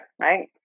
Right